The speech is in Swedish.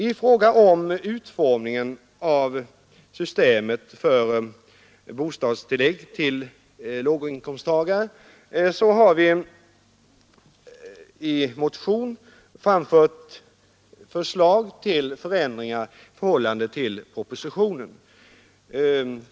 I fråga om utformningen av systemet för bostadstillägg till låginkomsttagare har vi i motion framfört förslag till förändringar i förhållande till propositionen.